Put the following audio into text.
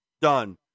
done